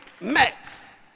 met